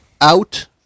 out